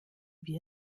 wir